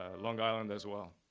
ah long island as well,